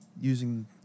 using